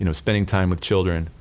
you know spending time with children,